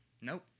Nope